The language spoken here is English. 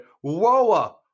Whoa